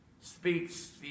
Speaks